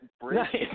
bridge